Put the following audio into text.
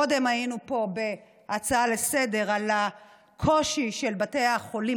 קודם היינו פה בהצעה לסדר-היום על הקושי של בתי החולים